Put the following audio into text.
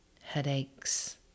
headaches